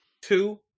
Two